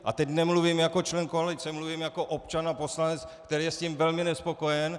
A teď nemluvím jako člen koalice, mluvím jako občan a poslanec, který je s tím velmi nespokojen.